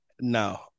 No